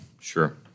Sure